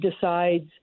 decides